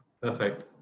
Perfect